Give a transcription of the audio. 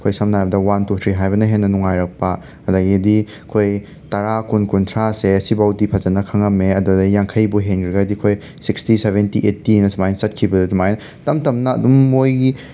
ꯑꯈꯣꯏ ꯁꯝꯅ ꯍꯥꯏꯔꯕꯗ ꯋꯥꯟ ꯇꯨ ꯊ꯭ꯔꯤ ꯍꯥꯏꯕꯅ ꯍꯦꯟꯅ ꯅꯨꯡꯉꯥꯏꯔꯛꯄ ꯑꯗꯒꯤꯗꯤ ꯑꯩꯈꯣꯏ ꯇꯔꯥ ꯀꯨꯟ ꯀꯨꯟꯊ꯭ꯔꯥꯁꯦ ꯁꯤꯕꯥꯎꯇꯤ ꯐꯖꯅ ꯈꯪꯉꯝꯃꯦ ꯑꯗꯨꯗꯩ ꯌꯥꯡꯈꯩꯕꯨ ꯍꯦꯟꯒ꯭ꯔꯒꯗꯤ ꯑꯩꯈꯣꯏ ꯁꯤꯛꯁꯇꯤ ꯁꯦꯚꯦꯟꯇꯤ ꯑꯩꯇꯤꯑꯅ ꯁꯨꯃꯥꯏ ꯆꯠꯈꯤꯕ ꯑꯗꯨꯃꯥꯏ ꯇꯝ ꯇꯃꯅ ꯑꯗꯨꯝ ꯃꯣꯏꯒꯤ